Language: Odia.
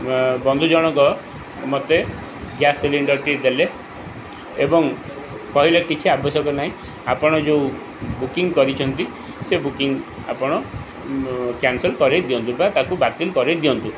ବନ୍ଧୁଜଣଙ୍କ ମୋତେ ଗ୍ୟାସ ସିଲିଣ୍ଡରଟି ଦେଲେ ଏବଂ କହିଲେ କିଛି ଆବଶ୍ୟକ ନାହିଁ ଆପଣ ଯେଉଁ ବୁକିଙ୍ଗ କରିଛନ୍ତି ସେ ବୁକିଙ୍ଗ ଆପଣ କ୍ୟାାନସଲ୍ କରାଇ ଦିଅନ୍ତୁ ବା ତାକୁ ବାତିଲ କରାଇ ଦିଅନ୍ତୁ